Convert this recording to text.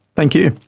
thank you.